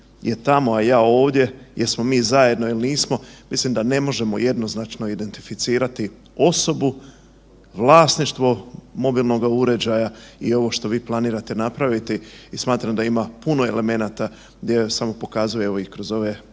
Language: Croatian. je tamo, a ja ovdje, jesmo mi zajedno il nismo, mislim da ne možemo jednoznačno identificirati osobu, vlasništvo mobilnoga uređaja i ovo što vi planirate napraviti i smatram da ima puno elementa gdje samo pokazuje, evo i kroz ove